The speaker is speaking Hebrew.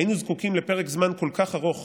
היינו זקוקים לפרק זמן כל כך ארוך